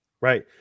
right